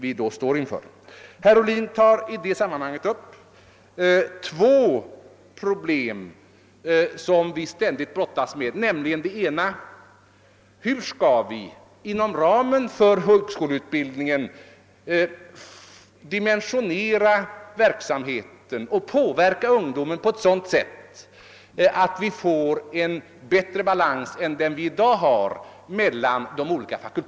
I det sammanhanget tog herr Ohlin upp två problem som vi ständigt brottas med. Det ena var hur vi inom ramen för den högre utbildningen skall dimensionera verksamheten och påverka ungdomen på sådant sätt att vi får bättre balans mellan de olika fakulteterna än vi har i dag.